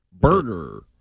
Burger